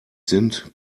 sind